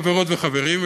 חברות וחברים,